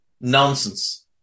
Nonsense